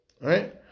right